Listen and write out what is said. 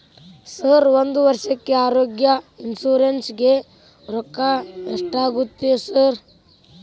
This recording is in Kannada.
ಸರ್ ಒಂದು ವರ್ಷಕ್ಕೆ ಆರೋಗ್ಯ ಇನ್ಶೂರೆನ್ಸ್ ಗೇ ರೊಕ್ಕಾ ಎಷ್ಟಾಗುತ್ತೆ ಸರ್?